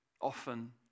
often